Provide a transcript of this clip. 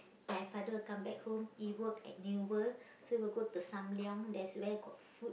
my father will come back home he work at New-World so we'll go to Sam-Leong there's where got food